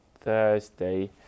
Thursday